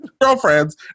girlfriends